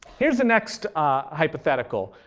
here's the next hypothetical,